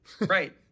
Right